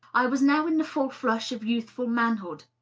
i was now in the full flush of youthful manhood.